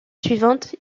suivante